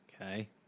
Okay